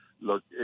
Look